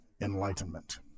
enlightenment